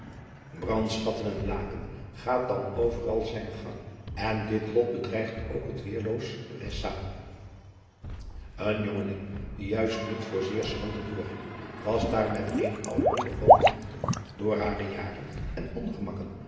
randschatten en blaken gaat dan overal zijnen gang en dit lot bedreigde ook het wereloos estzaan en jongeling die juist niet voor zeer schrander doorging was daar met eene oude moeder woonachtig door hare jaren en